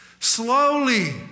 Slowly